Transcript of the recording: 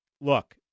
look